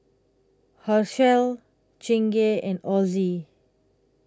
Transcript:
Herschel Chingay and Ozi